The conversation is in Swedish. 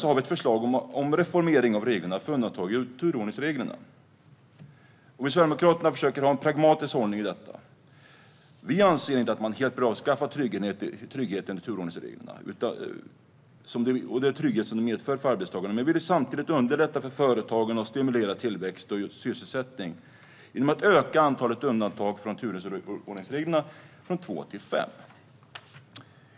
Vi har ett förslag om reformering av reglerna för undantag i turordningsreglerna. Detta tar vi upp i reservation 10. I Sverigedemokraterna försöker vi ha en pragmatisk hållning i denna fråga. Vi anser inte att man helt bör avskaffa den trygghet som turordningsreglerna innebär för arbetstagarna. Men vi vill samtidigt underlätta för företagen och stimulera tillväxt och sysselsättning genom att öka antalet undantag från turordningsreglerna från två till fem.